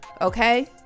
okay